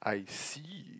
I see